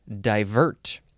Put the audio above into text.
divert